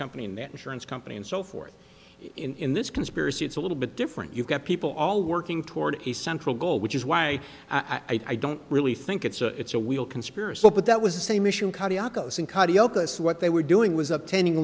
insurance company and so forth in this conspiracy it's a little bit different you've got people all working toward a central goal which is why i don't really think it's a wheel conspiracy but that was the same issue what they were doing was attending